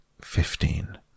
Fifteen